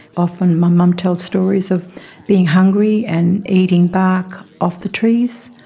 often my mum tells stories of being hungry and eating bark off the trees,